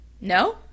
No